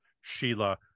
Sheila